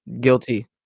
guilty